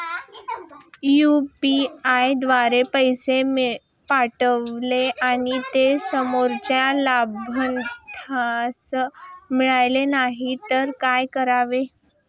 UPI द्वारे पैसे पाठवले आणि ते समोरच्या लाभार्थीस मिळाले नाही तर काय करावे?